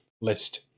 list